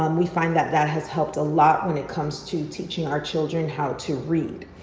um we find that that has helped a lot when it comes to teaching our children how to read.